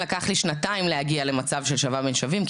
לקח לי שנתיים להגיע למצב של שווה בין שווים,